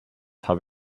habe